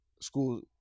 School